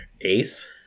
ace